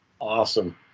Awesome